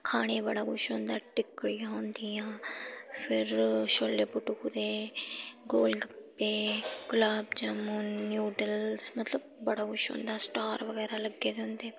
खाने गी बड़ा कुछ होंदा ऐ टिक्कड़ियां होंदियां फिर छोले भठूरे गोल गप्पे गुलाब जामुन न्यूडल्स मतलब बड़ा कुछ होंदा स्टार बगैरा लग्गे दे होंदे